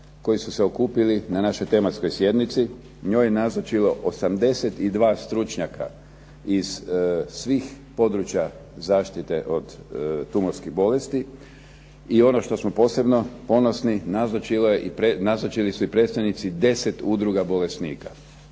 koji su se okupili na našoj tematskoj sjednici, njoj je nazočilo 82 stručnjaka iz svih područja zaštite od tumorskih bolesti i ono što smo posebno ponosni nazočili su i predstavnici 10 udruga bolesnika.